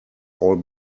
all